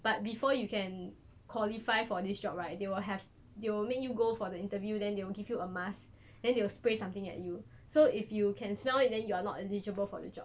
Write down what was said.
but before you can qualify for this job right they will have they will make you go for the interview then they will give you a mask then they will spray something at you so if you can smell it then you are not eligible for the job